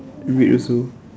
red also